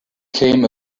came